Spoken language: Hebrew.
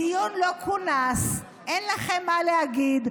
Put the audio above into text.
דיון לא כונס, אין לכם מה להגיד.